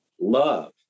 love